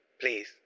please